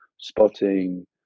spotting